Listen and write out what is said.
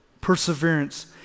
Perseverance